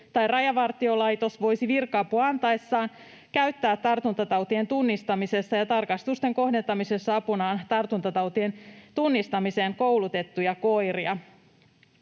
tai Rajavartiolaitos voisi virka-apua antaessaan käyttää tartuntatautien tunnistamisessa ja tarkastusten kohdentamisessa apunaan tartuntatautien tunnistamiseen koulutettuja koiria.